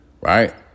right